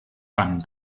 bann